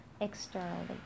externally